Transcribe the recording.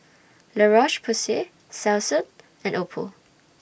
La Roche Porsay Selsun and Oppo